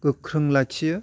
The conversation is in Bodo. गोख्रों लाखियो